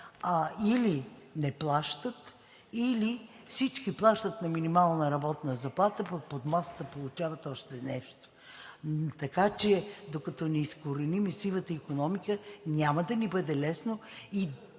или не плащат, или всички плащат на минимална работна заплата, пък под масата получават още нещо. Така че, докато не изкореним сивата икономика, няма да ни бъде лесно и